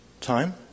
time